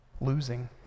losing